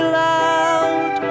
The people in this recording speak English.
loud